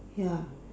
ya